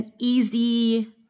easy